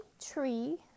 tree